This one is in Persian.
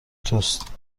توست